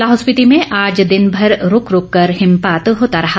लाहौल स्पीति में आज दिन भर रूक रूक कर हिमपात होता रहा